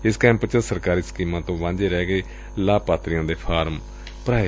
ਇਸ ਕੈਂਪ ਚ ਸਰਕਾਰੀ ਸਕੀਮਾਂ ਤੋ ਵਾਂਝੇ ਰਹਿ ਗਏ ਲਾਭਪਾਤਰੀਆਂ ਦੇ ਫਾਰਮ ਵੀ ਭਰੇ ਗਏ